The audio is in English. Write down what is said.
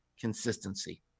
consistency